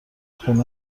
خونه